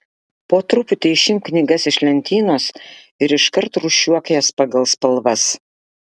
po truputį išimk knygas iš lentynos ir iškart rūšiuok jas pagal spalvas